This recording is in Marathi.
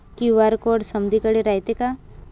क्यू.आर कोड समदीकडे रायतो का?